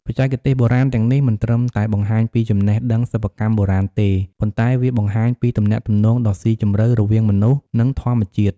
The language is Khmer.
បច្ចេកទេសបុរាណទាំងនេះ មិនត្រឹមតែបង្ហាញពីចំណេះដឹងសិប្បកម្មបុរាណទេ ប៉ុន្តែវាបង្ហាញពីទំនាក់ទំនងដ៏ស៊ីជម្រៅរវាងមនុស្ស និងធម្មជាតិ។